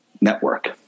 network